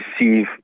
receive